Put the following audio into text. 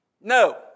No